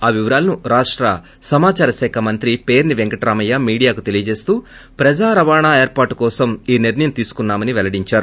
ఆ వీవరాలను రాష్ట సమాచార శాఖ మంత్రి మంత్రి పేర్పి పెంకటరామయ్య మీడియాకు తెలియచేస్తూ ప్రేజా రవాణా ఏర్పాటు కోసం ఈ నిర్ణయం తీసుకున్నా మని పెల్లడించారు